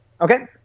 Okay